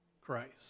Christ